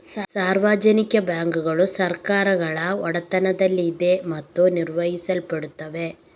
ಸಾರ್ವಜನಿಕ ಬ್ಯಾಂಕುಗಳು ಸರ್ಕಾರಗಳ ಒಡೆತನದಲ್ಲಿದೆ ಮತ್ತು ನಿರ್ವಹಿಸಲ್ಪಡುತ್ತವೆ